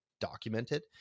documented